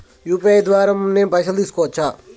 UPI ద్వారా నేను పైసలు తీసుకోవచ్చా?